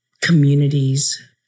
communities